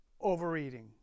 overeating